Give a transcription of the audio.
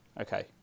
okay